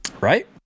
Right